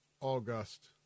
August